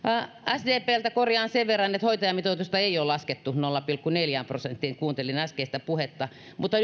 sdptä korjaan sen verran että hoitajamitoitusta ei ole laskettu nolla pilkku neljään kuuntelin äskeistä puhetta mutta